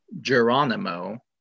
Geronimo